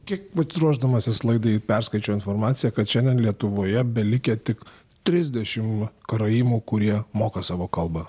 kiek vat ruošdamasis laidai perskaičiau informaciją kad šiandien lietuvoje belikę tik trisdešim karaimų kurie moka savo kalbą